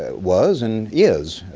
ah was and is,